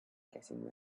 getting